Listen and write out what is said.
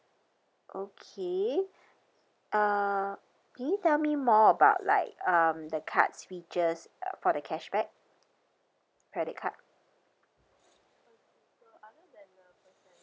okay uh can you tell me more about like um the cards features uh for the cashback credit card